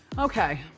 okay,